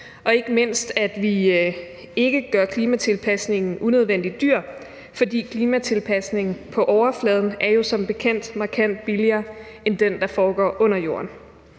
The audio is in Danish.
og ikke mindst være med til ikke at gøre klimatilpasningen unødvendigt dyr, for klimatilpasningen på overfladen er jo som bekendt markant billigere end den, der foregår under jorden.